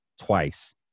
twice